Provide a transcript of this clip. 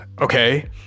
okay